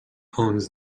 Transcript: owns